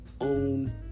Own